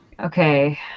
Okay